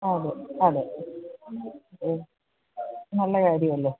ആ അതെ അതെ ഓ നല്ല കാര്യമല്ലേ